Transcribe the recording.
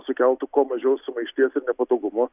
sukeltų kuo mažiau sumaišties ir nepatogumų